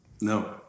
No